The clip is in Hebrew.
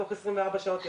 תוך 24 שעות יוצא,